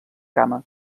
cama